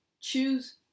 Choose